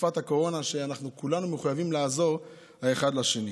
תקופת הקורונה, שכולנו מחויבים לעזור האחד לשני.